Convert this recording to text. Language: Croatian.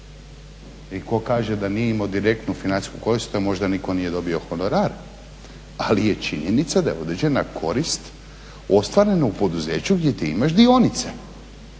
I tko kaže da nije imao direktnu financijsku korist to možda nitko nije dobio honorar, ali je činjenica da je određena korist ostvarena u poduzeću gdje ti imaš dionice,